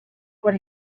what